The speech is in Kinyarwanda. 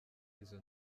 izo